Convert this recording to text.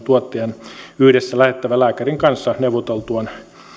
tuottajan julkiselta sektorilta yhdessä lähettävän lääkärin kanssa neuvoteltuaan